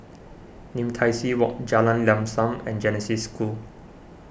Lim Tai See Walk Jalan Lam Sam and Genesis School